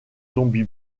zombie